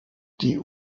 die